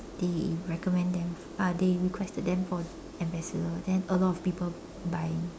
they recommend them uh they requested them for ambassador then a lot of people buying